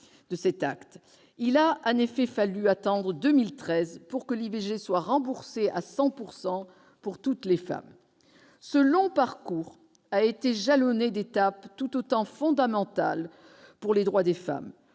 Il faudra en effet attendre 2013 pour que l'IVG soit remboursée à 100 % pour toutes les femmes. Ce long parcours a été jalonné d'étapes fondamentales pour les droits des femmes